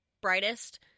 brightest